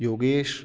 Yogesh